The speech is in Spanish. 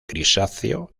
grisáceo